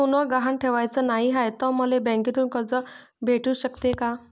सोनं गहान ठेवाच नाही हाय, त मले बँकेतून कर्ज भेटू शकते का?